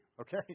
okay